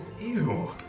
Ew